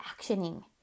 actioning